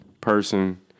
person